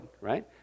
right